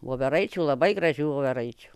voveraičių labai gražių voveraičių